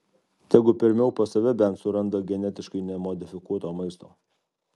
tegu pirmiau pas save bent suranda genetiškai nemodifikuoto maisto